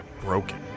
broken